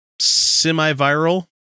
semi-viral